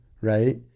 right